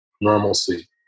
normalcy